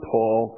Paul